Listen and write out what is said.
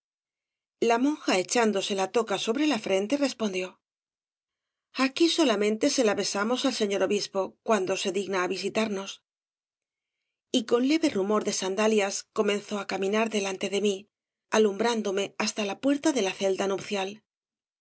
la monja echándose la toca sobre la frente respondió aquí solamente se la besamos al señor obispo cuando se digna visitarnos y con leve rumor de sandalias comenzó á caminar delante de mí alumbrándome hasta la puerta de la celda nupcial